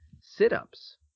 Sit-ups